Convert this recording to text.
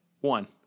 One